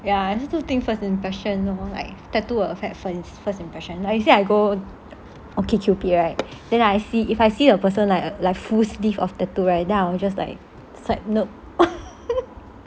ya and I also think first impression like tattoo will affect first impression like you see I go okcupid right then I see if I see a person like like full sleeve of tattoo right then I will just like swipe no